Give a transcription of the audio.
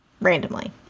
randomly